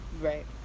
Right